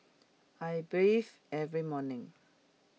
I bathe every morning